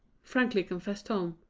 frankly confessed tom.